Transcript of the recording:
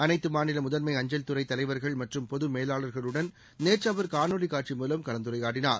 அனைத்து மாநில முதன்மை அஞ்சல்துறை தலைவர்கள் மற்றும் பொது மேலாளர்களுடன் நேற்று அவர் காணொலி காட்சி மூலம் கலந்துரையாடினார்